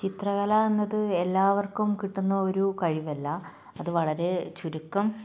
ചിത്രകല എന്നത് എല്ലാവർക്കും കിട്ടുന്ന ഒരു കഴിവല്ല അത് വളരെ ചുരുക്കം